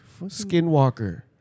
Skinwalker